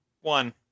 One